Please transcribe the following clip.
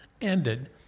ended